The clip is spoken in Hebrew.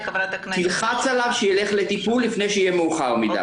תלחץ עליו שיילך לטיפול לפני שיהיה מאוחר מדי.